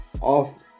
off